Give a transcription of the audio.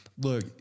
look